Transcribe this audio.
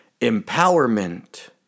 empowerment